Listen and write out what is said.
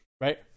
right